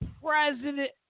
president